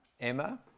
Emma